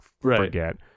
forget